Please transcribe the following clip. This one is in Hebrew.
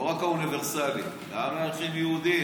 לא רק האוניברסליים, גם לערכים יהודיים.